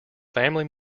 family